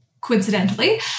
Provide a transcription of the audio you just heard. coincidentally